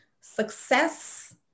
success